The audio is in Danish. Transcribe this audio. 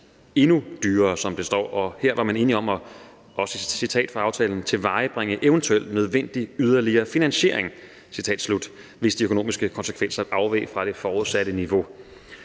endnu dyrere, som der står. Her var man enige om – det er også et citat fra aftalen – at tilvejebringe eventuel nødvendig yderligere finansiering, citat slut, hvis de økonomiske konsekvenser afveg fra det forudsatte niveau.